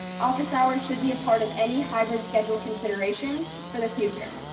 office hours should be a part of any hybrid schedule consideration for the future.